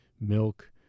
milk